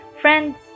Friends